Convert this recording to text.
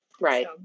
Right